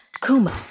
Kuma